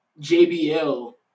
JBL